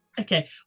Okay